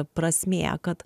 prasmė kad